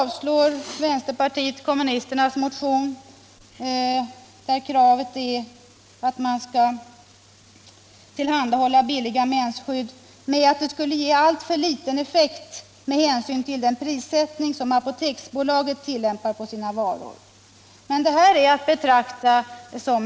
Vänsterpartiet kommunisternas motion med krav om tillhandahållande av billiga mensskydd avstyrks av utskottet med motiveringen att effekten skulle bli alltför liten med hänsyn till den prissättning som Apoteksbolaget tillämpar på sina varor. Men detta är ju en principiell fråga!